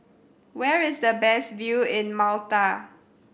where is the best view in Malta